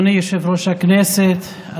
אדוני יושב-ראש הכנסת,